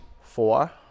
Four